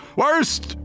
worst